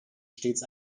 stets